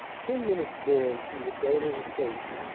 ten minutes more, and she would go to the station!